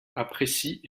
apprécie